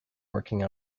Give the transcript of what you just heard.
working